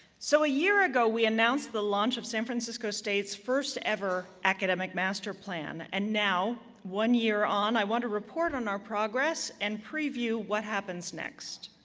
so a year ago, we announced the launch of san francisco state's first-ever academic master plan, and now, one year on, i want to report on our progress and preview what happens next.